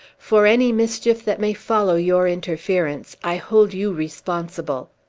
for any mischief that may follow your interference, i hold you responsible!